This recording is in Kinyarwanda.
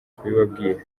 kubibabwira